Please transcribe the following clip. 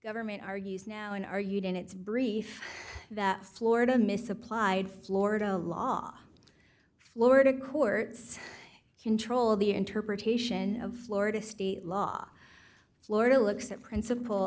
government argues now in our units brief that florida misapplied florida law the florida courts control the interpretation of florida state law florida looks at princip